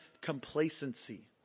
complacency